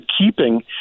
keeping